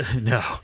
no